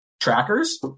trackers